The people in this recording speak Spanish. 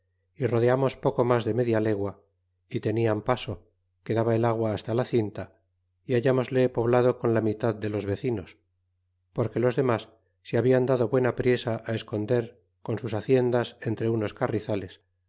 y rodeamos poco mas de media legua y tenian paso que daba el agua hasta la cinta y hallamosle poblado con la mitad de los vecinos porque los demas se hablan dado buena priesa esconder con sus haciendas entre unos carrizales